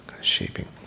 shaping